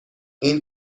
این